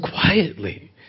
quietly